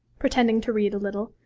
pretending to read a little,